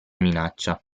minaccia